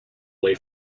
away